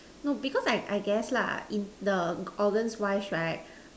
no because I I guess lah in the organs wise right